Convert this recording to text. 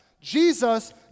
Jesus